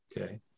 Okay